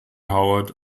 howard